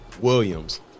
Williams